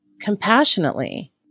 Compassionately